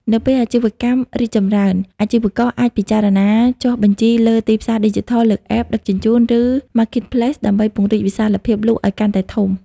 នៅពេលអាជីវកម្មរីកចម្រើន អាជីវករអាចពិចារណាចុះបញ្ជីលើ ទីផ្សារឌីជីថល លើ App ដឹកជញ្ជូន ឬ Marketplace ដើម្បីពង្រីកវិសាលភាពលក់ឱ្យកាន់តែធំ។